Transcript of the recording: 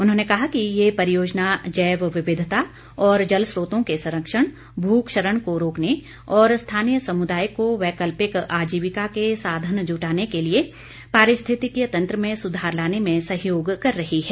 उन्होंने कहा कि ये परियोजना जैव विविधता और जल स्रोतों के संरक्षण भू क्षरण को रोकने और स्थानीय समुदाय को वैकल्पिक आजीविका के साधन जुटाने के लिए पारिस्थितकीय तंत्र में सुधार लाने में सहयोग कर रही है